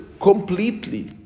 completely